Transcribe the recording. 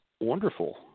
wonderful